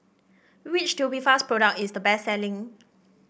which Tubifast product is the best selling